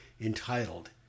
entitled